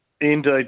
Indeed